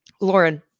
Lauren